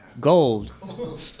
gold